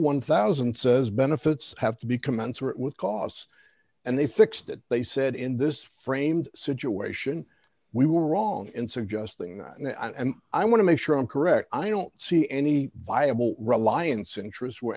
one thousand dollars says benefits have to be commensurate with costs and they fixed that they said in this framed situation we were wrong in suggesting that now and i want to make sure i'm correct i don't see any viable reliance interests where